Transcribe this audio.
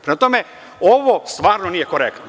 Prema tome, ovo stvarno nije korektno.